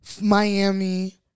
miami